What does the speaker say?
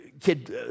kid